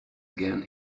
again